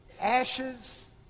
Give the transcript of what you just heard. ashes